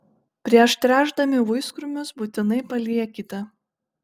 prieš tręšdami vaiskrūmius būtinai paliekite